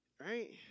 right